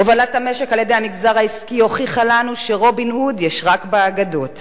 הובלת המשק על-ידי המגזר העסקי הוכיחה לנו שרובין הוד יש רק באגדות.